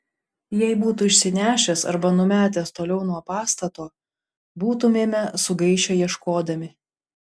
jei būtų išsinešęs arba numetęs toliau nuo pastato būtumėme sugaišę ieškodami